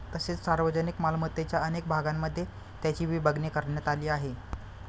तसेच सार्वजनिक मालमत्तेच्या अनेक भागांमध्ये त्याची विभागणी करण्यात आली आहे